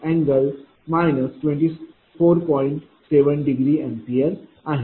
7° A आहे